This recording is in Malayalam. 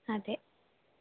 അതേ